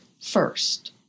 first